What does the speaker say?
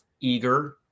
eager